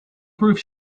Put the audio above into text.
groove